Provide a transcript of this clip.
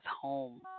home